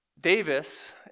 Davis